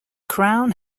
crown